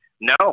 No